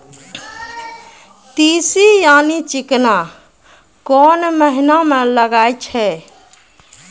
तीसी यानि चिकना कोन महिना म लगाय छै?